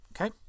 okay